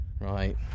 Right